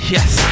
Yes